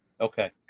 Okay